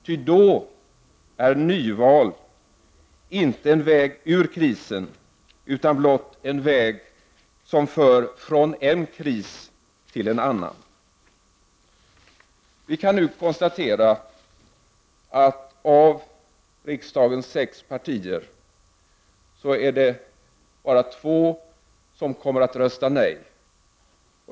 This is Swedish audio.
Ty då är nyval inte en väg ur krisen, utan blott en väg som för från en kris till en annan.” Vi kan nu konstatera att av riksdagens sex partier bara två kommer att rösta nej.